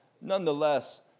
Nonetheless